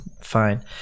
fine